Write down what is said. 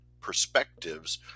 perspectives